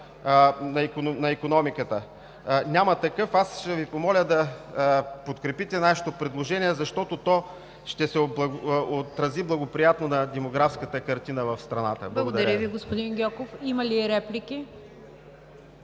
на икономиката. Няма такъв. Аз ще Ви помоля да подкрепите нашето предложение, защото то ще се отрази благоприятно на демографската картина в страната. Благодаря Ви. ПРЕДСЕДАТЕЛ НИГЯР ДЖАФЕР: